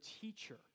teacher